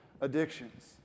addictions